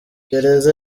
gereza